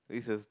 is a